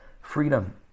Freedom